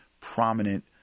prominent